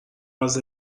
عوض